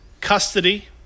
Custody